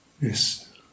Yes